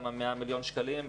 גם ה-100 מיליון שקלים,